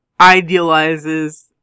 idealizes